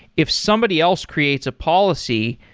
if somebody else creates a policy,